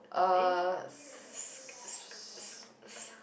uh s~